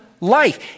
life